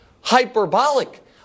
hyperbolic